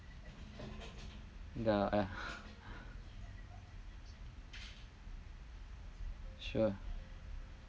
yeah I sure